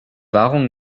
wahrung